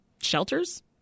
shelters